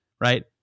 right